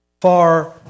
far